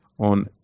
on